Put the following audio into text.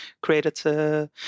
created